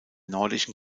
nordischen